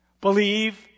Believe